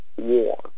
war